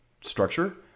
structure